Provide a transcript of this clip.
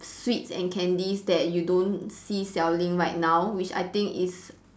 sweets and candies that you don't see selling right now which I think is